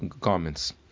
garments